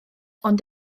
ond